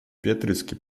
петрицкий